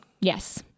Yes